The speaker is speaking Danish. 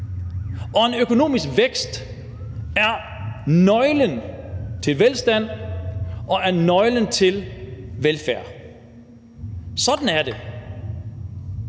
Og økonomisk vækst er nøglen til velstand og er nøglen til velfærd. Sådan er det.